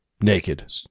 Naked